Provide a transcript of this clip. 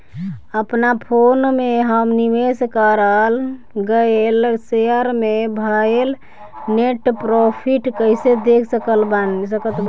अपना फोन मे हम निवेश कराल गएल शेयर मे भएल नेट प्रॉफ़िट कइसे देख सकत बानी?